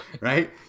right